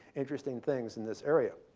interesting things in this area.